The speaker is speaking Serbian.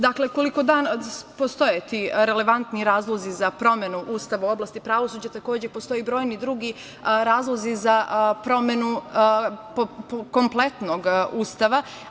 Dakle, koliko postoje ti relevantni razlozi za promenu Ustava u oblasti pravosuđa, takođe postoje i brojni drugi razlozi za promenu kompletnog Ustava.